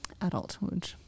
Adulthood